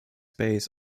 bays